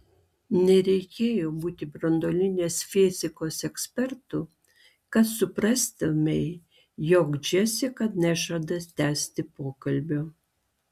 nereikėjo būti branduolinės fizikos ekspertu kad suprastumei jog džesika nežada tęsti pokalbio